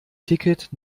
ticket